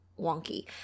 wonky